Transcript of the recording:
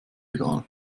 egal